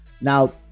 Now